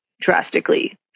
drastically